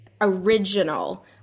original